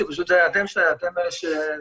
שלום.